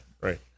Right